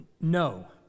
No